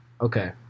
okay